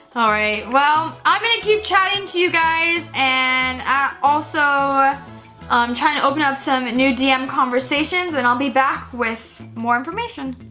all right, well i'm gonna keep chatting to you guys and also i'm trying to open up some new dm conversations and i'll be back with more information.